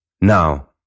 Now